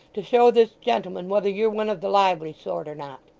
to show this gentleman whether you're one of the lively sort or not